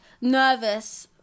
nervous